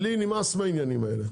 לי נמאס מהעניינים האלה.